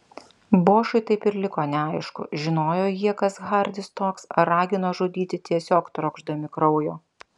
bošui taip ir liko neaišku žinojo jie kas hardis toks ar ragino žudyti tiesiog trokšdami kraujo